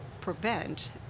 prevent